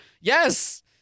Yes